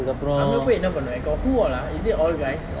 அங்க போய் என்னா பண்ணுவே:angga poi enna pannuve got who ah is it all guys